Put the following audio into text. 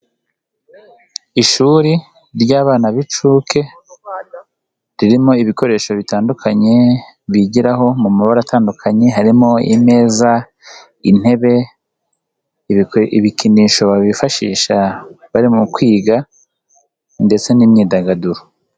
Ishuri ry'abana b'incuke ririmo ibikoresho bitandukanye bigiraho mu mabara atandukanye, harimo ameza, intebe, ibikinisho babifashisha bari mu kwiga ndetse n'imyidagaduro.